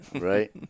Right